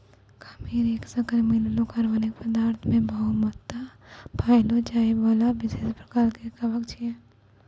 खमीर एक शक्कर मिललो कार्बनिक पदार्थ मे बहुतायत मे पाएलो जाइबला विशेष प्रकार के कवक छिकै